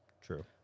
True